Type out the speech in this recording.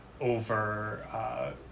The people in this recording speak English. over